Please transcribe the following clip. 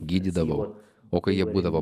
gydydavau o kai jie būdavo